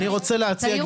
אני רוצה להציע,